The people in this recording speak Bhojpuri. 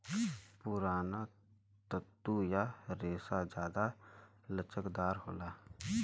पुराना तंतु या रेसा जादा लचकदार होला